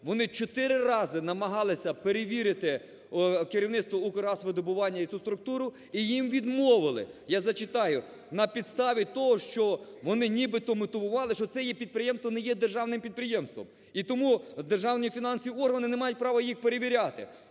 вони чотири рази намагалися перевірити керівництво "Укргазвидобування" і цю структуру, і їм відмовили. Я зачитаю, на підставі того, що вони нібито мотивували, що це підприємство не є державним підприємством і тому державні фінансові органи не мають право їх перевіряти.